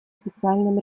официальном